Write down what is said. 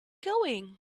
going